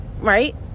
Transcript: right